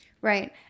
Right